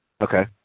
Okay